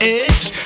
edge